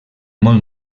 molt